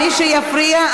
מי שיפריע,